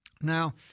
Now